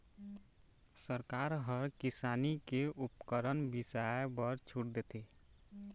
सरकार ह किसानी के उपकरन बिसाए बर छूट देथे